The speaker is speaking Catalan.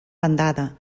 bandada